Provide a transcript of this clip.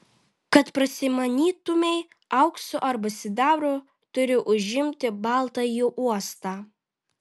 kad prasimanytumei aukso arba sidabro turi užimti baltąjį uostą